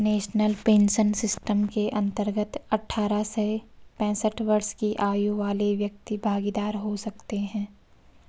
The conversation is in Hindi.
नेशनल पेंशन सिस्टम के अंतर्गत अठारह से पैंसठ वर्ष की आयु वाले व्यक्ति भागीदार हो सकते हैं